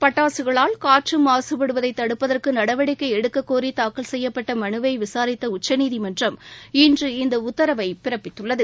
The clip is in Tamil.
பட்டாசுகளால் காற்று மாசுபடுவதை தடுப்பதற்கு நடவடிக்கை எடுக்கக்கோரி தாக்கல் செய்யப்பட்ட மனுவை விசாரித்த உச்சநீதிமன்றம் இன்று இந்த உத்தரவை பிறப்பித்துள்ளது